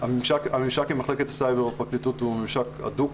הממשק עם מחלקת הסייבר והפרקליטות הוא ממשק הדוק,